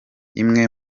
imwe